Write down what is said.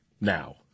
now